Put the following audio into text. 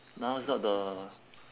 now is not the